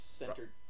centered